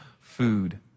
food